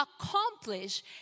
accomplish